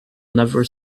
never